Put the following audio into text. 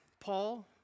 Paul